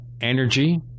energy